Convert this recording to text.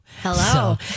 Hello